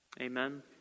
Amen